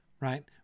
right